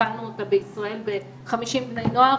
התחלנו אותה בישראל עם 50 בני נוער,